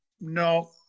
No